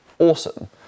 Awesome